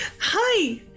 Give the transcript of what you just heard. hi